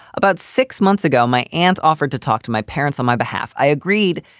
about six months ago, my aunt offered to talk to my parents on my behalf. i agreed,